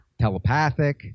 telepathic